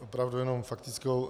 Opravdu jenom faktickou.